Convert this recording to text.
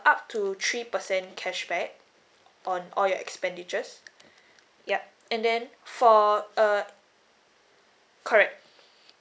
up to three percent cashback on all your expenditures yup and then for uh correct